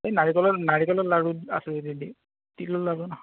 এই নাৰিকলৰ নাৰিকলৰ লাৰু আছে যদি দে তিলৰ লাৰু নাখাওঁ